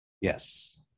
Yes